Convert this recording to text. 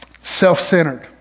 self-centered